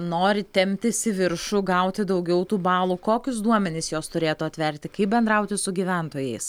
nori temptis į viršų gauti daugiau tų balų kokius duomenis jos turėtų atverti kaip bendrauti su gyventojais